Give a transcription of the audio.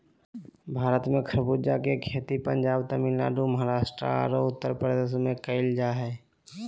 भारत में खरबूजा के खेती पंजाब, तमिलनाडु, महाराष्ट्र आरो उत्तरप्रदेश में कैल जा हई